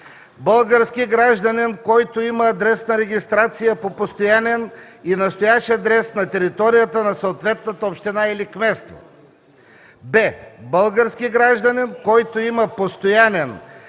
български гражданин, който има адресна регистрация по постоянен и настоящ адрес на територията на съответната община или кметство; б) български гражданин, който има постоянен